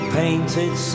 painted